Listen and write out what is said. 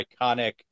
iconic